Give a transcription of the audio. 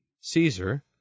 Caesar